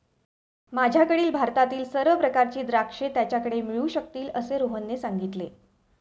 माझ्याकडील भारतातील सर्व प्रकारची द्राक्षे त्याच्याकडे मिळू शकतील असे रोहनने सांगितले